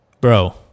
Bro